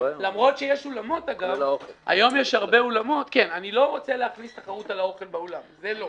אני לא רוצה להכניס תחרות על האוכל באולם, זה לא,